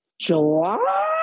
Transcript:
July